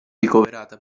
ricoverata